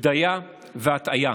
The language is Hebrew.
בדיה והטעיה.